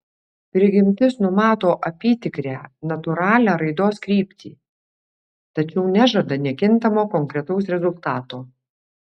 prigimtis numato apytikrę natūralią raidos kryptį tačiau nežada nekintamo konkretaus rezultato